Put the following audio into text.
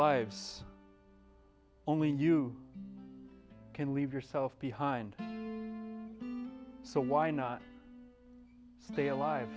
lives only you can leave yourself behind so why not stay alive